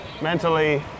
mentally